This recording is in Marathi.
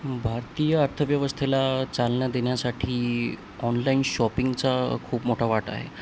भारतीय अर्थव्यवस्थेला चालना देण्या्साठी ऑनलाईन शॉपिंगचा खूप मोठा वाटा आहे